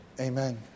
amen